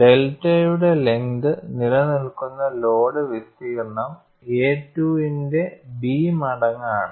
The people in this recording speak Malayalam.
ഡെൽറ്റയുടെ ലെങ്ത്ൽ നിലനിൽക്കുന്ന ലോഡ് വിസ്തീർണ്ണം എ 2 ന്റെ B മടങ്ങ് ആണ്